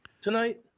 Tonight